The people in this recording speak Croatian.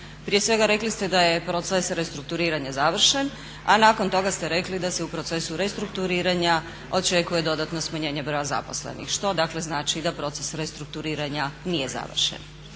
Prije svega rekli ste da je proces restrukturiranja završen a nakon toga ste rekli da se u procesu restrukturiranja očekuje dodatno smanjenje broja zaposlenih što dakle znači da proces restrukturiranja nije završen.